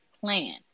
plan